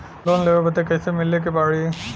Loan लेवे बदी कैसे मिले के पड़ी?